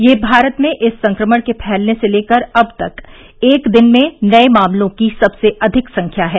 यह भारत में इस संक्रमण के फैलने से लेकर अब तक एक दिन में नये मामलों की सबसे अधिक संख्या है